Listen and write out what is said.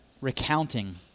recounting